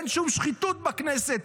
אין שום שחיתות בכנסת.